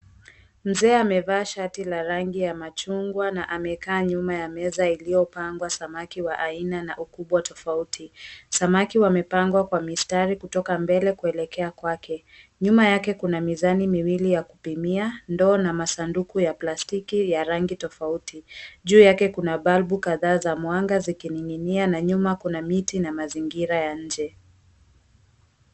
Mzee amevaa shati la rangi ya machungwa na amekaa nyuma ya meza iliyopangwa samaki wa aina na ukubwa tofauti. Samaki wamepangwa kwa mistari kutoka mbele kuelekea kwake. Nyuma yake kuna mizani miwili ya kupimia, ndoo na masanduku ya plastiki ya rangi tofauti. Juu yake kuna balbu kadhaa za mwanga zikining'inia, na nyuma kuna miti na mazingira ya nje.